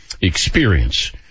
experience